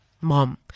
Mom